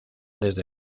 desde